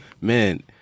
Man